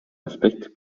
aspekt